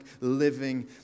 living